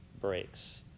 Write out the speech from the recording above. breaks